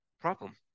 problem